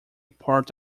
part